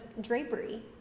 drapery